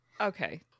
Okay